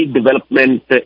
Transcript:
Development